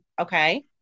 Okay